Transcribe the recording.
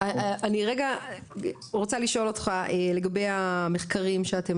אני רגע רוצה לשאול אותך לגבי המחקרים שאתם